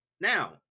Now